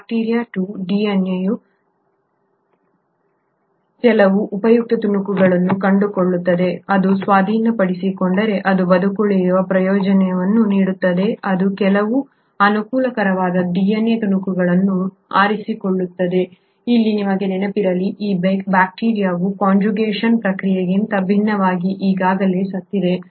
bacteria 2 DNA ಯ ಕೆಲವು ಉಪಯುಕ್ತ ತುಣುಕುಗಳನ್ನು ಕಂಡುಕೊಳ್ಳುತ್ತದೆ ಅದು ಸ್ವಾಧೀನಪಡಿಸಿಕೊಂಡರೆ ಅದು ಬದುಕುಳಿಯುವ ಪ್ರಯೋಜನವನ್ನು ನೀಡುತ್ತದೆ ಅದು ಕೆಲವು ಅನುಕೂಲಕರವಾದ DNA ತುಣುಕುಗಳನ್ನು ಆರಿಸಿಕೊಳ್ಳುತ್ತದೆ ಇಲ್ಲಿ ನಿಮಗೆ ನೆನಪಿರಲಿ ಈ ಬ್ಯಾಕ್ಟೀರಿಯಾವು ಕಾನ್ಜುಗೇಷನ್ ಪ್ರಕ್ರಿಯೆಗಿಂತ ಭಿನ್ನವಾಗಿ ಈಗಾಗಲೇ ಸತ್ತಿದೆ